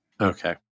Okay